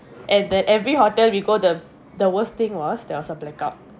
and the every hotel we go the the worst thing was there was a blackout